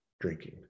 drinking